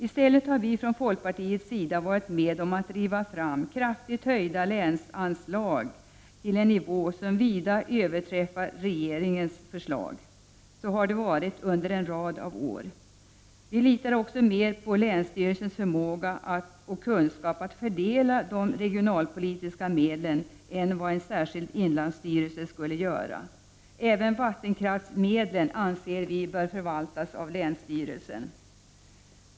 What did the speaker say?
I stället har vi i folkpartiet varit med om att driva fram kraftigt höjda länsanslag till en nivå som vida överstiger regeringens förslag. Så har det varit under en rad av år. Vi litar också mer på länsstyrelsens förmåga och kunskap att fördela de regionalpolitiska medlen än på en särskild inlandsstyrelses förmåga. Även vattenkraftsmedlen anser vi bör förvaltas av länsstyrelsen.